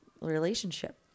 relationship